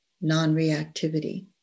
non-reactivity